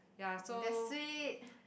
oh that's sweet